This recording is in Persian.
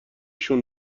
شون